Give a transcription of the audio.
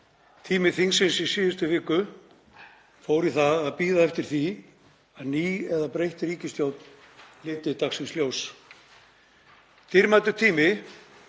Tími þingsins í síðustu viku fór í það að bíða eftir því að ný eða breytt ríkisstjórn liti dagsins ljós,